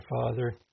father